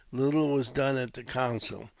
little was done at the council,